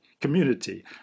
community